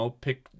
pick